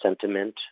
sentiment